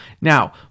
Now